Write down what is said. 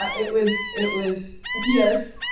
um it was it was yes.